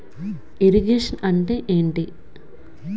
Irrigation అంటే ఏంటీ?